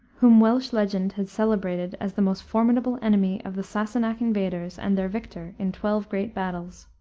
whom welsh legend had celebrated as the most formidable enemy of the sassenach invaders and their victor in twelve great battles.